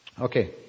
Okay